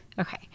Okay